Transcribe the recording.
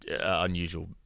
unusual